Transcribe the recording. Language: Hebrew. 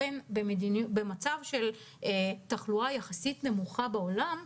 במצב של תחלואה יחסית נמוכה בעולם,